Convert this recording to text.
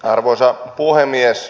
arvoisa puhemies